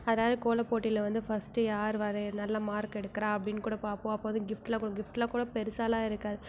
அதனால் கோலப்போட்டியில் வந்து ஃபஸ்ட்டு யார் வரை நல்ல மார்க் எடுக்கிறா அப்படினு கூட பார்ப்போம் அப்போ வந்து கிஃப்ட்டெல்லாம் கூட கிஃப்ட்டெல்லாம் கூட பெருசாகலாம் இருக்காது